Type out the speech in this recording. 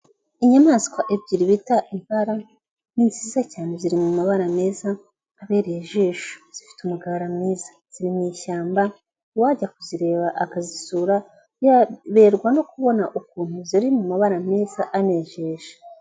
Inyamaswa ebyiri bita impara ni nziza cyane ziri mu mabara meza abereye ijisho, zifite umugara mwiza, ziri mu ishyamba uwajya kuzireba akazisura yaberwa no kubona ukuntu ziri mu mabara meza anejeje.